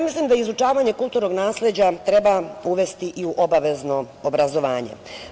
Mislim da izučavanje kulturnog nasleđa treba uvesti i u obavezno obrazovanje.